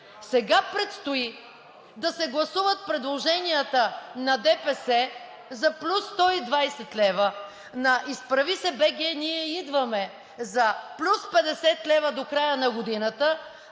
Сега предстои да се гласуват предложенията на ДПС за плюс 120 лв., на „Изправи се БГ! Ние идваме!“ за плюс 50 лв. до края на годината,